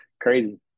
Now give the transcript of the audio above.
crazy